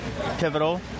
pivotal